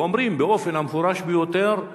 ואומרים באופן המפורש ביותר,